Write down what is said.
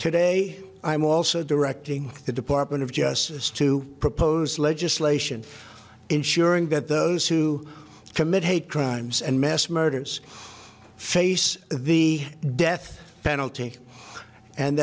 today i'm also directing the department of justice to propose legislation ensuring that those who commit hate crimes and mass murders face the death penalty and